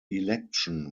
election